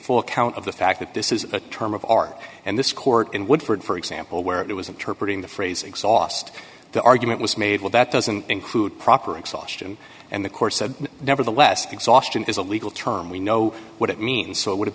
full account of the fact that this is a term of art and this court in woodford for example where it was interpreted in the phrase exhaust the argument was made well that doesn't include proper exhaustion and the court said nevertheless exhaustion is a legal term we know what it means so it would have